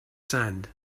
sand